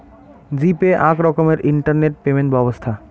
জি Pay আক রকমের internet payment ব্যবছ্থা